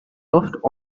luft